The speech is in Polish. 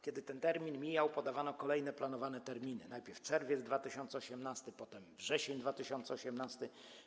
Kiedy ten termin mijał, podawano kolejne planowane terminy: najpierw czerwiec 2018 r., potem wrzesień 2018 r.